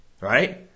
Right